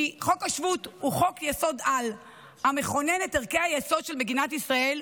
כי חוק השבות הוא חוק-יסוד-על המכונן את ערכי היסוד של מדינת ישראל,